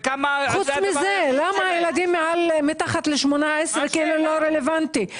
חוץ מזה, למה ילדים מתחת לגיל 18 לא רלוונטי?